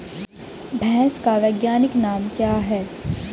भैंस का वैज्ञानिक नाम क्या है?